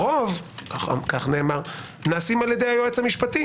הרוב נעשים על ידי היועץ המשפטי